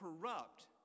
corrupt